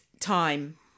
time